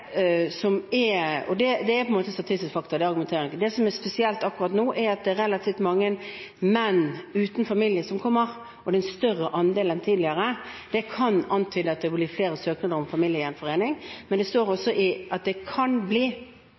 er på en måte et statistisk faktum, og der argumenterer jeg ikke. Det som er spesielt akkurat nå, er at det er relativt mange menn uten familie som kommer, og det er en større andel enn tidligere. Det kan antyde at det blir flere søknader om familiegjenforening, men det står i høringsnotatet at det kan bli